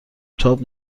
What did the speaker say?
تاب